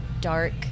dark